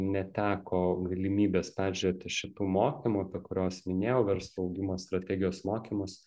neteko galimybės peržiūrėti šitų mokymų apie kuriuos minėjau verslo augimo strategijos mokymus